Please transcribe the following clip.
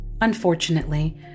Unfortunately